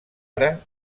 ara